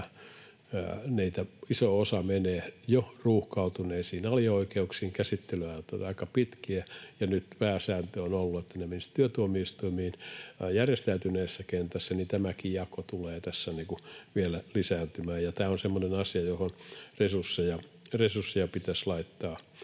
iso osa menee jo ruuhkautuneisiin alioikeuksiin, käsittelyajat ovat aika pitkiä. Nyt pääsääntö on ollut, että ne menisivät työtuomioistuimiin järjestäytyneessä kentässä. Mutta tämäkin jako tulee tässä vielä lisääntymään, ja tämä on semmoinen asia, johon resursseja pitäisi laittaa